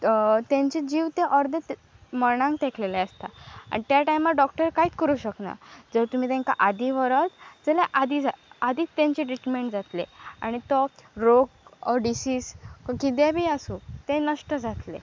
तेंचे जीव ते अर्द मरणांक तेकलेले आसता आनी त्या टायमार डॉक्टर कांयत करूं शकना जर तुमी तेंकां आदी व्हरत जाल्यार आदी आदीक तेंचे ट्रिटमेंट जातले आनी तो रोग डिसीज किदेंय बी आसूं तें नश्ट जातलें